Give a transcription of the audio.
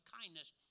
kindness